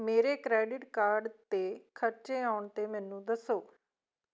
ਮੇਰੇ credit card 'ਤੇ ਖਰਚੇ ਆਉਣ 'ਤੇ ਮੈਨੂੰ ਦੱਸੋ